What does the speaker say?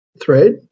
thread